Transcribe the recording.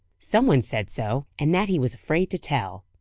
some one said so and that he was afraid to tell.